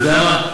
למה לא,